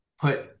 put